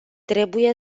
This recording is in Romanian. trebuie